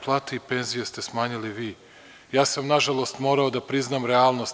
Plate i penzije ste smanjili vi, ja sam nažalost morao da priznam realnost.